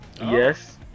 yes